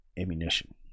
ammunition